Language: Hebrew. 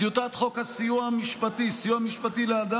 טיוטת חוק הסיוע המשפטי (סיוע משפטי לאדם